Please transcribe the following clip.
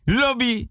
lobby